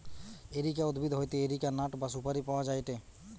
areca উদ্ভিদ হইতে areca nut বা সুপারি পাওয়া যায়টে